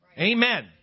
Amen